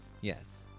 Yes